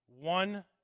One